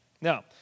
Now